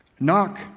Knock